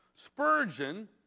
Spurgeon